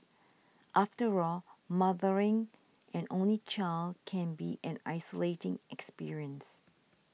after all mothering an only child can be an isolating experience